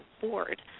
board